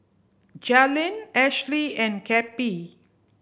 Jalynn Ashlie and Cappie